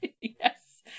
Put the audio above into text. Yes